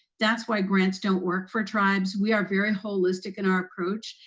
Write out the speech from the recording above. that's why grants don't work for tribes, we are very holistic in our approach,